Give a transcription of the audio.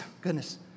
goodness